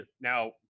now